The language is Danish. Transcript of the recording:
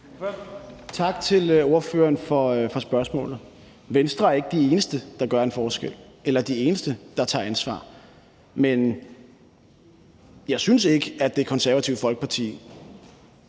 Tak til ordføreren for spørgsmålet. Venstre ikke de eneste, der gør en forskel, eller de eneste, der tager ansvar, men jeg synes ikke, at Det Konservative Folkeparti